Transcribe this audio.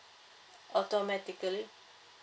automatically